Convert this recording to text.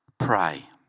Pray